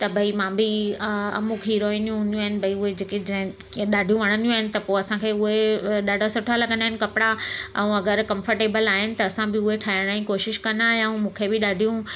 त भई मां बि अ अमुख हीरोइनियूं हूंदियूं आहिनि भई उहे जेके जंहिं ॾाढियूं वणंदियूं आहिनि त पोइ असांखे उहे ॾाढा सुठा लॻंदा आहिनि कपिड़ा ऐं अगरि कंफर्टेबल आहिनि त असां बि उहे ठाराइण जी कोशिशि कंदा आया आहियूं मूंखे बि ॾाढियूं